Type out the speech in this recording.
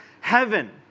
heaven